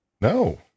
No